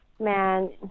man